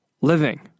living